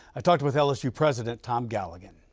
i talked with lsu president tom galligan.